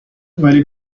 ولی